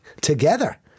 together